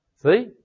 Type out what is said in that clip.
See